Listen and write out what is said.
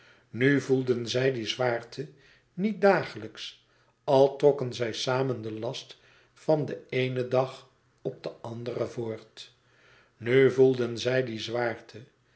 nu voelden zij die zwaarte niet dagelijks als trokken zij samen den last van den eenen dag op den anderen voort nu voelden zij die zwaarte